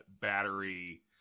battery